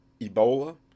Ebola